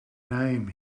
name